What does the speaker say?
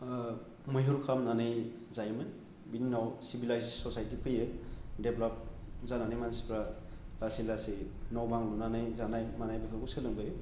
मैहुर खालामनानै जायो मोन बिनि उनाव सिभिलाइस्द ससाइटि फैयो देभलप जानानै मानसिफ्रा लासै लासै न' बां लुनानै जानाय मानाय बेफोरखौ सोलोंबोयो